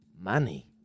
Money